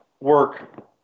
work